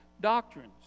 doctrines